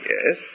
Yes